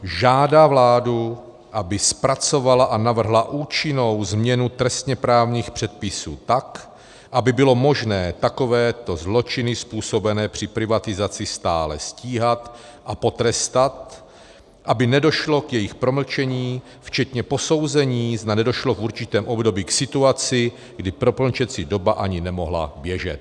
Žádá vládu, aby zpracovala a navrhla účinnou změnu trestněprávních předpisů tak, aby bylo možné takovéto zločiny způsobené při privatizaci stále stíhat a potrestat, aby nedošlo k jejich promlčení včetně posouzení, zda nedošlo v určité období k situaci, kdy promlčecí doba ani nemohla běžet.